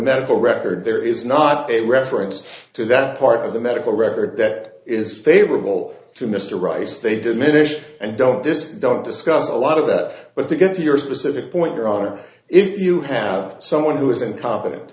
medical record there is not a reference to that part of the medical record that is favorable to mr rice they diminish and don't just don't discuss a lot of that but to get to your specific point your honor if you have someone who is inco